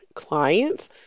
clients